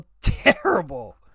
terrible